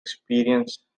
experience